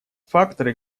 факторы